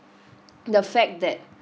the fact that